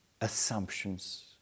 assumptions